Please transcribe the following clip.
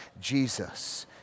Jesus